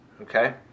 okay